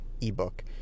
ebook